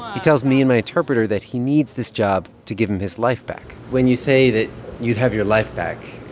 he tells me and my interpreter that he needs this job to give him his life back when you say that you'd have your life back,